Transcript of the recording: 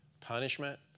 punishment